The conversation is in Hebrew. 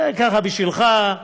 זה ככה, בשבילך.